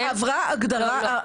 לא, עברה הכשרה מגדרית.